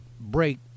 break